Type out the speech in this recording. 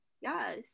yes